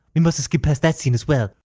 we must've skipped past that scene as well!